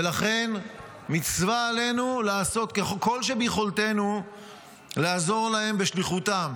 ולכן מצווה עלינו לעשות כל שביכולתנו לעזור להם בשליחותם.